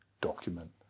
document